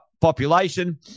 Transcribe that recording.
population